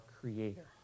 creator